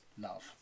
love